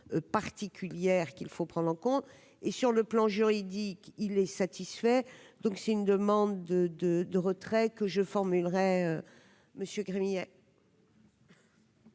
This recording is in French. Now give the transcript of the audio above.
particulière qu'il faut prendre, donc on est sur le plan juridique, il est satisfait, donc c'est une demande de de de retrait que je formulerai Monsieur Guérini.